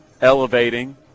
elevating